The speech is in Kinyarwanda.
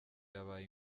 yabaye